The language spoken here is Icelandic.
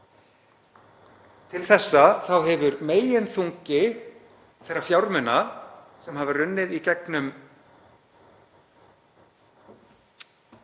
Til þessa hefur meginþungi þeirra fjármuna sem hafa runnið í gegnum